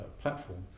platform